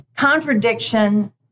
Contradiction